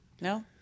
No